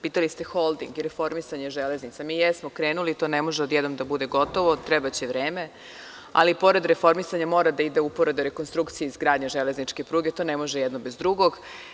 Pitali ste holding i reformisanje železnica, mi jesmo krenuli, to ne može odjednom da bude gotovo, trebaće vreme, ali pored reformisanja mora da ide uporedo rekonstrukcija izgradnje železničke pruge, to ne može jedno bez drugog.